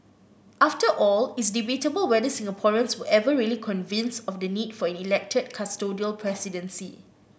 after all it's debatable whether Singaporeans were ever really convinced of the need for an elected custodial presidency